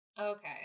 Okay